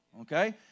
Okay